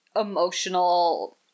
emotional